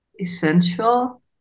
essential